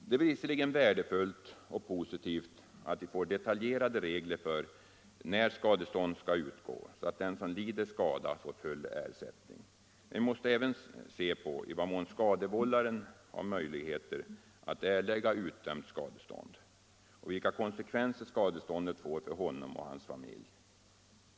Det är visserligen värdefullt och positivt att vi får detaljerade regler för när skadestånd skall utgå, så att den som lider skada erhåller full ersättning. Men vi måste även se på i vad mån skadevållaren har möjligheter att erlägga utdömt skadestånd och vilka konsekvenser skadeståndet får för honom och hans familj.